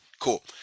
Cool